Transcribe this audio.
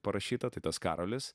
parašyta tai tas karolis